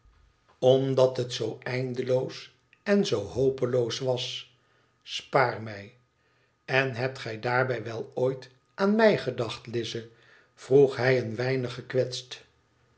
omdat het zoo eindeloos en zoo hopeloos was spaar mij n hebt gij daarbij wel ooit aan mij gedacht lize vroeg hij een weinig